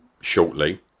shortly